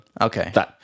Okay